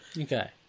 Okay